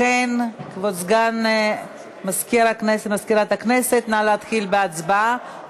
לכן, כבוד סגן מזכירת הכנסת, נא להתחיל בהצבעה.